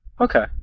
Okay